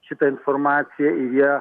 šita informacija ir jie